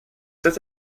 cet